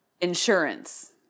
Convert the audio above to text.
insurance